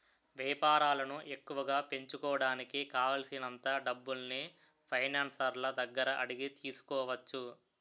వేపారాలను ఎక్కువగా పెంచుకోడానికి కావాలిసినంత డబ్బుల్ని ఫైనాన్సర్ల దగ్గర అడిగి తీసుకోవచ్చు